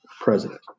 president